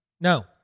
No